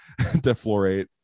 Deflorate